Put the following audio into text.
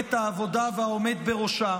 מפלגת העבודה והעומד בראשה,